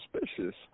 suspicious